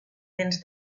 dents